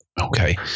Okay